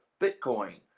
Bitcoin